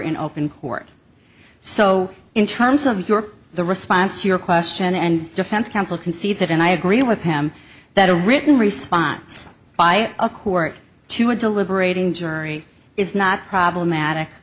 in open court so in terms of your the response your question and defense counsel concedes it and i agree with him that a written response by a court to a deliberating jury is not problematic